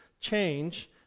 change